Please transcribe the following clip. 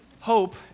Hope